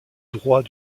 droit